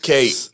Kate